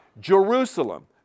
Jerusalem